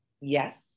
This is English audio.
Yes